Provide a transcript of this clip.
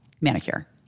manicure